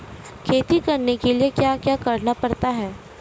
खेती करने के लिए क्या क्या करना पड़ता है?